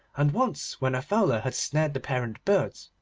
and once when a fowler had snared the parent birds,